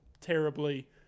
terribly